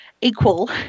equal